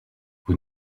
vous